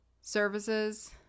services